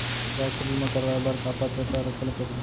स्वास्थ्य बीमा करवाय बर का पात्रता रखे ल परही?